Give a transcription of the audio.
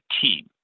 team